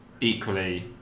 equally